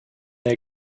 they